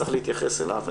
צריך להתייחס אליו,